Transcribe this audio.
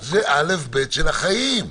זה אל"ף-בי"ת של החיים,